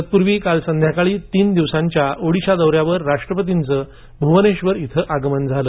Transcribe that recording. तत्पूर्वी काल संध्याकाळी तीन दिवसांच्या ओडीसा दौऱ्यावर राष्ट्रपतींच भुवनेश्वर इथे आगमन झालं